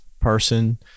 person